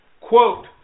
quote